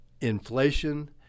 inflation